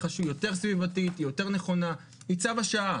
היא יותר סביבתית, היא יותר נכונה, היא צו השעה.